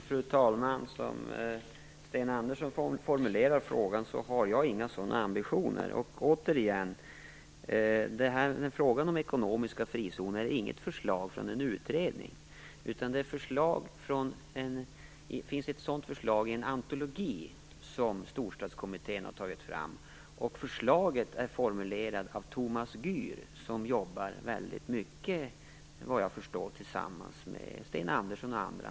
Fru talman! Som Sten Andersson formulerar frågan kan jag säga att jag inte har några sådana ambitioner. Återigen vill jag säga att frågan om ekonomiska frizoner inte är något förslag från en utredning. Det finns ett sådant förslag i en antologi som Storstadskommittén har tagit fram. Förslaget är formulerat av Thomas Gür, som såvitt jag förstår jobbar väldigt mycket tillsammans med Sten Andersson och andra.